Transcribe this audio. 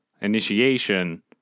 initiation